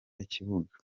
ikibuga